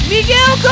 Miguel